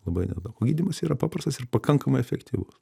labai nedaug o gydymas yra paprastas ir pakankamai efektyvus